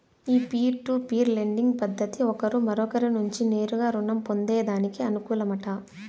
ఈ peer to peer lending పద్దతి ఒకరు మరొకరి నుంచి నేరుగా రుణం పొందేదానికి అనుకూలమట